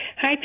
Hi